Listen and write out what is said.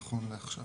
נכון לעכשיו